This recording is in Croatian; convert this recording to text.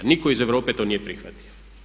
Nitko iz Europe to nije prihvatio.